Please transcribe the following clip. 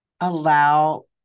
allow